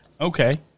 Okay